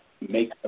make